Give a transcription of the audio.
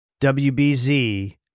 WBZ